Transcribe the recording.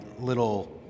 little